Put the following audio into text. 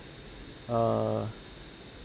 err